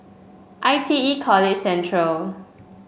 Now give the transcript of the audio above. I T E College Central